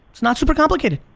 it's not super complicated.